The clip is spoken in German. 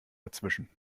dazwischen